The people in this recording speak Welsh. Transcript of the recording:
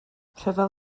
rhyfel